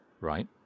right